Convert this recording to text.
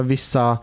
vissa